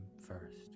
first